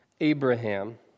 Abraham